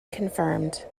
confirmed